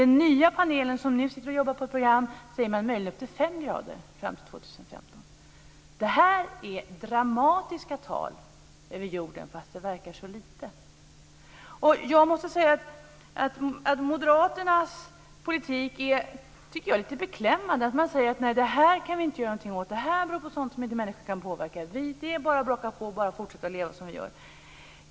Den nya panel som jobbar med ett program säger möjligen upp till 5 grader fram till 2015. Det här är dramatiska siffror tal över jorden, även om det verkar så lite. Jag måste säga att moderaternas politik är lite beklämmande, man säger att det här kan vi inte göra någonting åt, det här är sådant som människan inte kan påverka, det är bara att fortsätta att leva som vi gör.